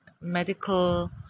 medical